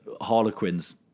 Harlequins